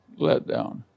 letdown